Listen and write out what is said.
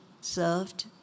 served